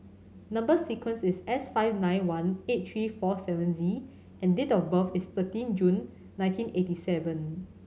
number sequence is S five nine one eight three four seven Z and date of birth is thirteen June nineteen eighty seven